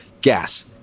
Gas